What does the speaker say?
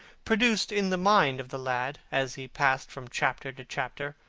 produced in the mind of the lad, as he passed from chapter to chapter,